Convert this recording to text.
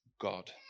God